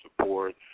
support